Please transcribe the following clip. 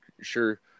sure